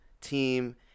team